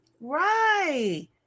Right